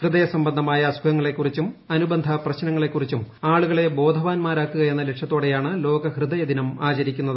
ഹൃദയ സംബന്ധമായ അസുഖങ്ങളെക്കുറിച്ചും അനുബന്ധ പ്രശ്നങ്ങളെക്കുറിച്ചും ആളുകളെ ബോധവാന്മാരാക്കുക എന്ന ലക്ഷ്യത്തോടെയാണ് ലോക ഹൃദയ ദിനം ആചരിക്കുന്നത്